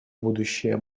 будущее